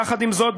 יחד עם זאת,